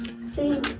See